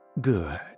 Good